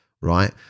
Right